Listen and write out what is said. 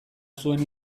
zuen